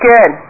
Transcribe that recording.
Good